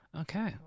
Okay